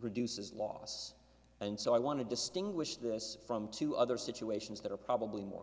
produces loss and so i want to distinguish this from two other situations that are probably more